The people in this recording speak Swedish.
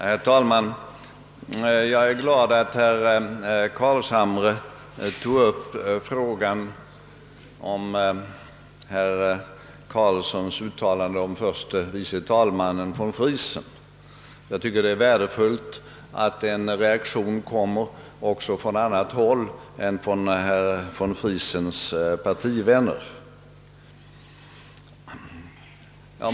Herr talman! Jag är glad att herr Carlshamre tog upp herr Carlssons i Tyresö uttalande om förste vice talmannen von Friesen. Jag tycker det är värdefullt att en reaktion kommer också från annat håll än från herr von Friesens partivänner.